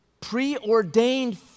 preordained